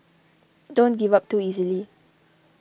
don't give up too easily